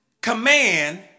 command